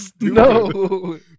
No